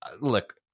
look